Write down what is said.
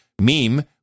meme